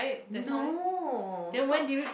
no stop